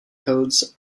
codes